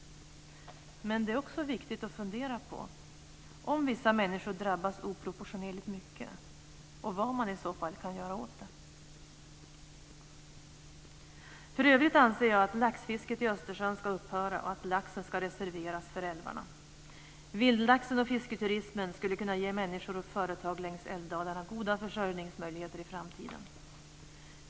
Men det är också viktigt att fundera över om vissa människor drabbas oproportionerligt mycket och vad man i så fall kan göra åt det. För övrigt anser jag att laxfisket i Östersjön ska upphöra och att laxen ska reserveras för älvarna. Vildlaxen och fisketurismen skulle kunna ge människor och företag längs älvdalarna goda försörjningsmöjligheter i framtiden.